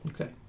Okay